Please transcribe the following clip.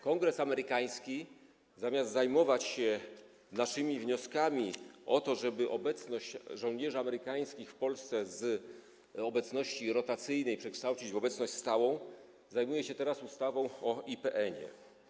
Kongres amerykański, zamiast zajmować się naszymi wnioskami o to, żeby obecność żołnierzy amerykańskich w Polsce z rotacyjnej przekształcić w stałą, zajmuje się teraz ustawą o IPN-ie.